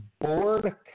board